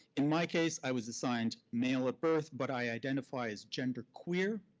in my case, i was assigned male at birth, but i identify as gender-queer,